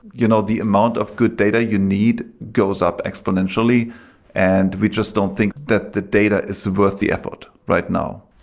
you know the amount of good data you need goes up exponentially and we just don't think that the data is worth the effort right now.